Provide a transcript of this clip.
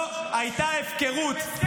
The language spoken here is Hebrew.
לא הייתה הפקרות ---- את ההסכם אתם